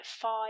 five